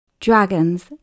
Dragons